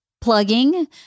plugging